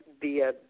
via